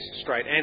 straight